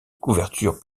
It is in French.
couverture